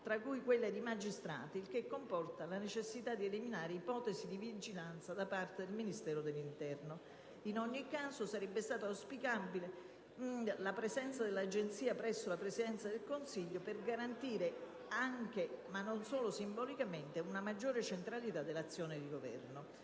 tra cui quelle dei magistrati, il che comporta la necessità di eliminare ipotesi di vigilanza da parte del Ministero dell'interno. In ogni caso, sarebbe stata auspicabile la presenza dell'Agenzia presso la Presidenza del Consiglio per garantire anche, ma non solo simbolicamente, una maggiore centralità dell'azione di Governo.